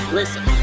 Listen